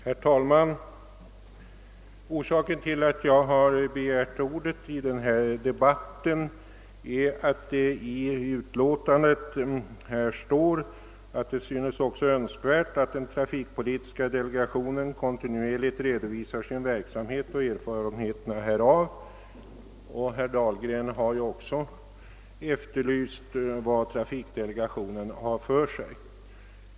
Herr talman! Orsaken till att jag har begärt ordet i denna debatt är att det i utlåtandet står att det synes önskvärt att den trafikpolitiska delegationen kontinuerligt redovisar sin verksamhet och erfarenheterna härav och att herr Dahlgren har efterlyst vad delegationen har för sig.